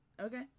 Okay